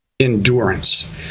endurance